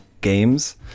games